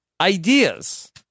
ideas